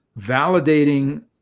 validating